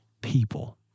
people